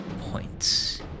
points